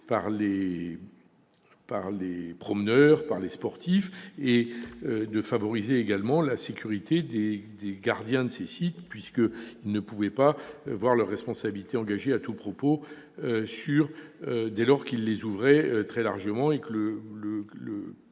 par les promeneurs, les sportifs, et de favoriser également la sécurité des gardiens de ces sites, qui ne pouvaient pas voir leur responsabilité engagée à tout propos dès lors qu'ils ouvraient très largement ces espaces